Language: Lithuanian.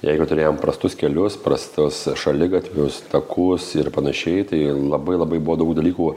jeigu turėjom prastus kelius prastus šaligatvius takus ir panašiai tai labai labai buvo daug dalykų